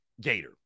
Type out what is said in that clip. Gator